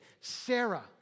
Sarah